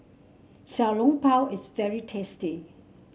Xiao Long Bao is very tasty